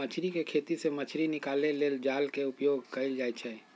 मछरी कें खेति से मछ्री निकाले लेल जाल के उपयोग कएल जाइ छै